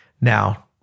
Now